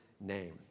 name